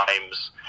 times